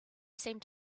seemed